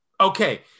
Okay